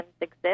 exist